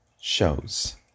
shows